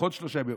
פחות שלושה ימים,